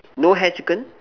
no hair chicken